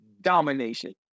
domination